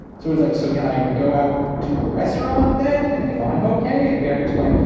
so it's, like, so can i go out to a restaurant then, if i'm okay? and we had to explain,